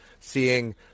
seeing